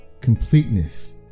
completeness